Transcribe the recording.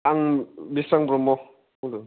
आं दैस्रां ब्रह्म बुंदों